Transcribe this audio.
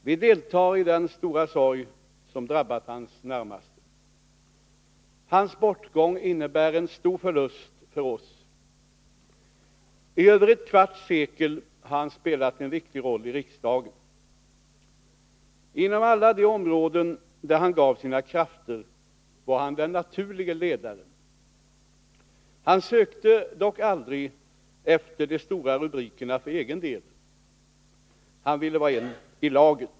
Vi deltar i den stora sorg som drabbat hans närmaste. Hans bortgång innebär en stor förlust för oss. I över ett kvarts sekel har han spelat en viktig roll i riksdagen. Inom alla de områden där han gav sina krafter var han den naturlige ledaren. Han sökte dock aldrig efter de stora rubrikerna för egen del — han ville vara en i laget.